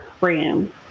room